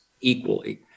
equally